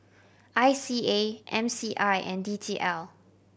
I C A M C I and D T L